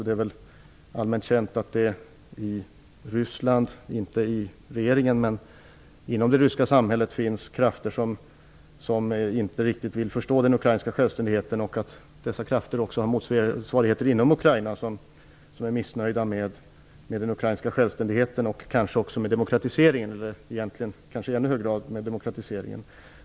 Det är allmänt känt att det i Ryssland -- kanske inte i regeringen, men inom det ryska samhället -- finns krafter som inte riktigt vill förstå den ukrainska självständigheten. Dessa krafter har också motsvarigheter inom Ukraina som är missnöjda med den ukrainska självständigheten och kanske i ännu högre grad med demokratiseringen.